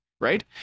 right